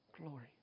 Glory